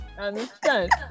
understand